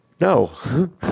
No